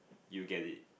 you get it